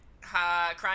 crying